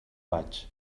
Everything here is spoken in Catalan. vaig